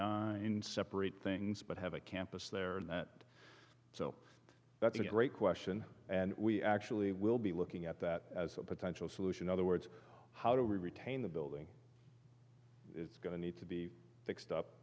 nine separate things but have a campus there and that so that's a great question and we actually will be looking at that as a potential solution other words how do we retain the building it's going to need to be fixed up